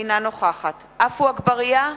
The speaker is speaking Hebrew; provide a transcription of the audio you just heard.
אינה נוכחת עפו אגבאריה,